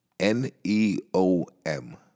N-E-O-M